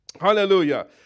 Hallelujah